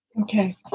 Okay